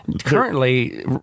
Currently